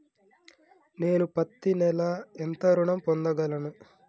నేను పత్తి నెల ఎంత ఋణం పొందగలను?